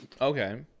Okay